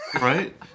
Right